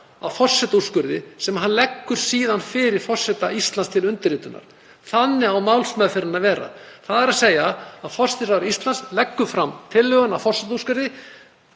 að forsetaúrskurði sem hann leggur síðan fyrir forseta Íslands til undirritunar. Þannig á málsmeðferðin að vera, að forsætisráðherra Íslands leggi fram tillögu að forsetaúrskurði